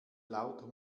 lauter